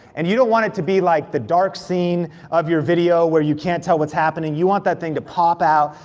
and you don't want it to be like, the dark scene of your video where you can't tell what's happening. you want that thing to pop out,